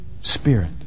Spirit